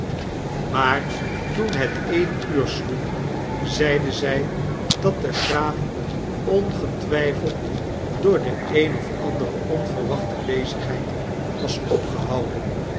maar toen het een uur sloeg zeide zy dat de graaf ongetwijfeld door de een of andere onverwachte bezigheid was opgehouden